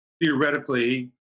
theoretically